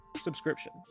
subscription